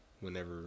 whenever